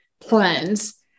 plans